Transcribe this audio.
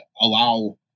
allow